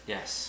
Yes